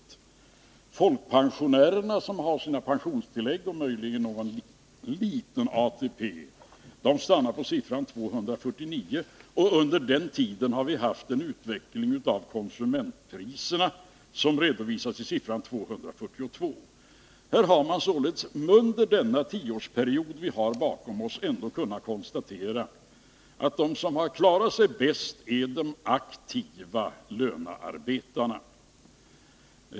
De folkpensionärer som har sina pensionstillägg och möjligen en liten ATP stannar på indextalet 249. Under tioårsperioden har konsumentpriserna, enligt samma indexberäkning, stigit till 242. De som har klarat sig bäst under dessa tio år är de aktiva lönearbetarna.